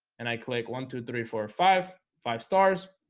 and i click one two three four five five stars